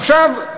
עכשיו,